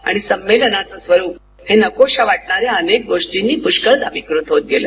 आणि संमेलनाचं स्वरुप हे नकोशा वाटणाऱ्या अनेक गोष्टींनी प्रष्कळदा विकृत होत गेलं